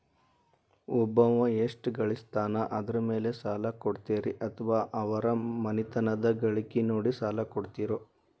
ಒಬ್ಬವ ಎಷ್ಟ ಗಳಿಸ್ತಾನ ಅದರ ಮೇಲೆ ಸಾಲ ಕೊಡ್ತೇರಿ ಅಥವಾ ಅವರ ಮನಿತನದ ಗಳಿಕಿ ನೋಡಿ ಸಾಲ ಕೊಡ್ತಿರೋ?